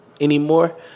anymore